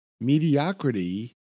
mediocrity